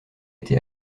été